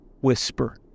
whisper